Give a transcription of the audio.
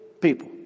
people